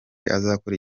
azakora